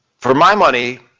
for my money,